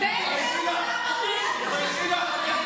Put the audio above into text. באיזה עוד עולם האויב